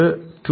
ഇത് 2